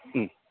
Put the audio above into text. ಹ್ಞೂ